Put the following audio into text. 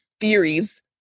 theories